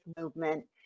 movement